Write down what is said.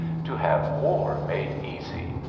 to have war made easy,